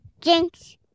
Jinx